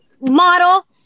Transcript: model